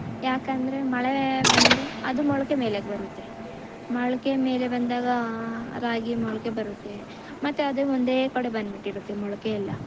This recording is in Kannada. ಏಕೆಂದ್ರೆ ಮಳೆ ಬಂದರೆ ಅದು ಮೊಳಕೆ ಮೇಲಕ್ಕೆ ಬರುತ್ತೆ ಮೊಳ್ಕೆ ಮೇಲೆ ಬಂದಾಗ ರಾಗಿ ಮೊಳಕೆ ಬರುತ್ತೆ ಮತ್ತೆ ಅದೆ ಒಂದೇ ಕಡೆ ಬಂದ್ಬಿಟ್ಟಿರುತ್ತೆ ಮೊಳಕೆಯೆಲ್ಲ